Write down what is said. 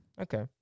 Okay